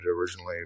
originally